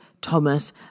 Thomas